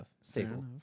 Stable